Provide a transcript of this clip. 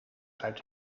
uit